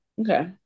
Okay